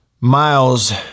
Miles